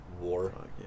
War